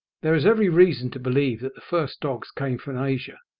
there is every reason to believe that the first dogs came from asia.